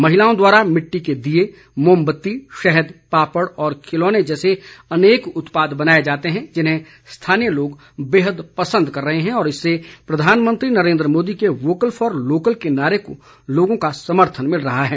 महिलाओं द्वारा मिट्टी के दीये मोमबत्ती शहद पापड़ और खिलौने जैसे अनेक उत्पाद बनाए जाते है जिन्हें स्थानीय लोग बेहद पसंद कर रहे हैं और इससे प्रधानमंत्री नरेन्द्र मोदी के वोकल फॉर लोकल के नारे को लोगों का समर्थन मिल रहा है